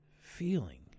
feeling